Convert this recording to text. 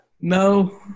No